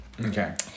okay